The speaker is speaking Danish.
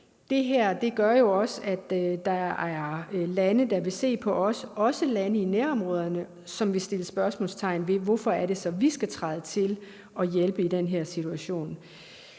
det her med, at der er lande, herunder lande i nærområderne, der vil stille spørgsmålet: Hvorfor er det så, vi skal træde til og hjælpe i den her situation?